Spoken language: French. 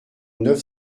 neuf